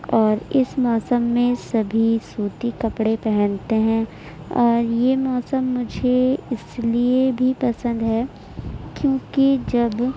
اور اس موسم میں سبھی سوتی کپڑے پہنتے ہیں اور یہ موسم مجھے اس لیے بھی پسند ہے کیونکہ جب